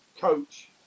coach